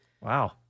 Wow